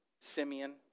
Simeon